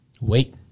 Wait